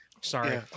Sorry